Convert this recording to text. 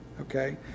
okay